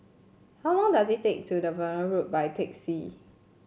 how long does it take to Vaughan Road by taxi